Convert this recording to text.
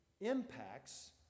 impacts